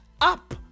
up